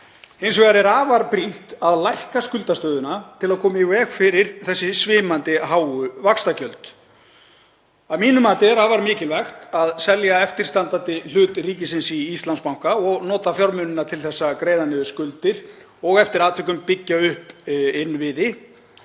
Hins vegar er afar brýnt að lækka skuldastöðuna til að koma í veg fyrir þessi svimandi háu vaxtagjöld. Að mínu mati er afar mikilvægt að selja eftirstandandi hlut ríkisins í Íslandsbanka og nota fjármunina til að greiða niður skuldir og eftir atvikum byggja upp innviði.